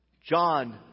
John